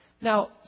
Now